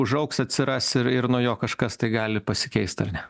užaugs atsiras ir ir nuo jo kažkas tai gali pasikeist ar ne